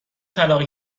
طلاق